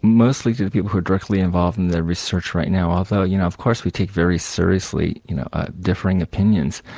mostly to people who are directly involved in their research right now, although you know of course we take very seriously you know ah differing opinions.